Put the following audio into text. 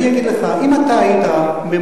אני אגיד לך: אם היית ממונה,